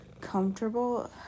comfortable